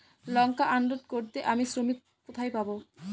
লঙ্কা unload করতে আমি শ্রমিক কোথায় পাবো?